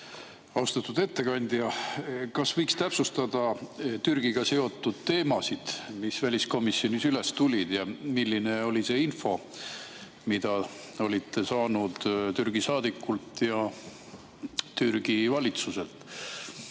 Austatud ettekandja! Kas võiks täpsustada Türgiga seotud teemasid, mis väliskomisjonis üles tulid? Milline oli see info, mida olite saanud Türgi saadikult ja Türgi valitsuselt?